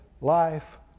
life